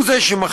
הוא זה שמחליט,